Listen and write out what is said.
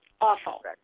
Awful